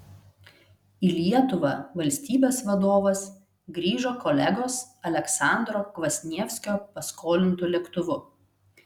į lietuvą valstybės vadovas grįžo kolegos aleksandro kvasnievskio paskolintu lėktuvu